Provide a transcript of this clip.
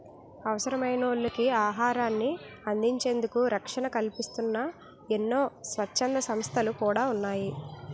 అవసరమైనోళ్ళకి ఆహారాన్ని అందించేందుకు రక్షణ కల్పిస్తూన్న ఎన్నో స్వచ్ఛంద సంస్థలు కూడా ఉన్నాయి